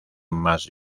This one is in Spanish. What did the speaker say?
más